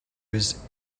was